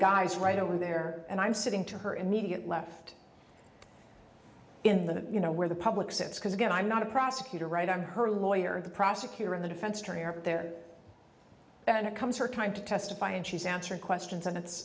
guys right over there and i'm sitting to her immediate left in the you know where the public sets because again i'm not a prosecutor right i'm her lawyer the prosecutor in the defense attorney up there and it comes her time to testify and she's answering questions and it's